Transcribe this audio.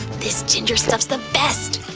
this ginger stuff's the best.